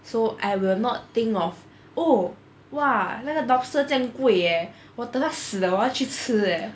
so I will not think of oh !wah! 那个 lobster 这样贵 leh 我等它死了我要去吃 eh